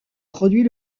produit